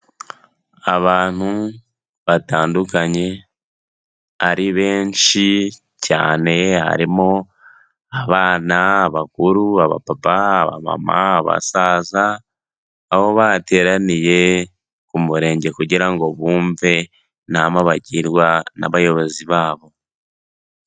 Abantu batandukanye ari benshi cyane, harimo abana bakuru abapapa, abamama, aba basaza aho bateraniye ku murenge kugira ngo bumve inama bagirwa n'abayobozi babo.